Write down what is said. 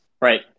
Right